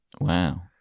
Wow